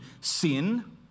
sin